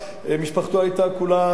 משפחתו היתה כולה חרדית.